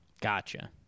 Gotcha